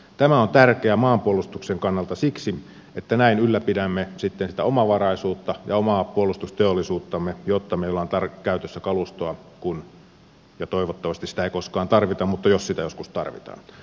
tämä on tärkeä maanpuolustuksen kannalta siksi että näin ylläpidämme sitten sitä omavaraisuutta ja omaa puolustusteollisuuttamme jotta meillä on käytössä kalustoa ja toivottavasti sitä ei koskaan tarvita mutta jos sitä joskus tarvitaan